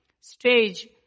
stage